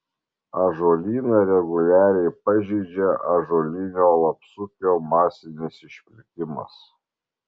ąžuolyną reguliariai pažeidžia ąžuolinio lapsukio masinis išplitimas